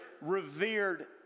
revered